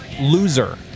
Loser